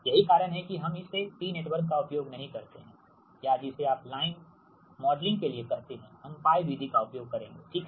यही कारण है कि हम इस T नेटवर्क का उपयोग नहीं करते हैं या जिसे आप लाइन मॉडलिंग के लिए कहते हैं हम π विधि का उपयोग करेंगेठीक है